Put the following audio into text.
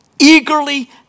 eagerly